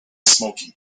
smoking